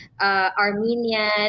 Armenian